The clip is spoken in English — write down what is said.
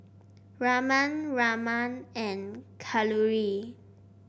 Raman Raman and Kalluri